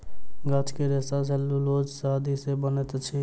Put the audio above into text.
गाछ के रेशा सेल्यूलोस आदि सॅ बनैत अछि